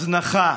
הזנחה,